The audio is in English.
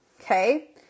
okay